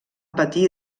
patir